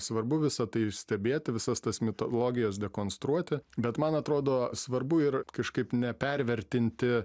svarbu visa tai stebėti visas tas mitologijas dekonstruoti bet man atrodo svarbu ir kažkaip nepervertinti